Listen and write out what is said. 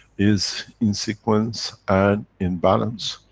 is in sequence and in balance.